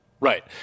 Right